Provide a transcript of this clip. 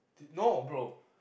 no bro